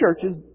churches